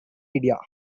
idea